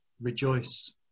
rejoice